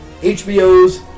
HBO's